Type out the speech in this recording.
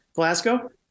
Glasgow